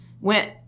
went